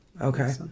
okay